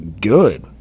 good